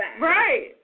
right